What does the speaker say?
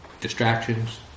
distractions